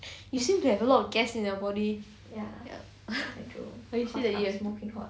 you seem to have a lot of gas in your body ya can see that you have